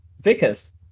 Vickers